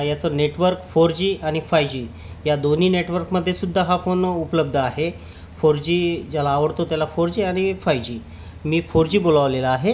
याचं network four G आणि five G या दोन्ही नेटवर्कमध्ये सुद्धा हा फोन उपलब्ध आहे फोर जी ज्याला आवडतो त्याला फोर जी आणि फाय जी मी फोर जी बोलवलेला आहे